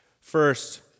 First